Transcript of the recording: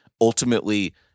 ultimately